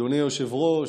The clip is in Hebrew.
אדוני היושב-ראש,